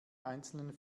einzelnen